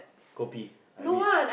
coffee I read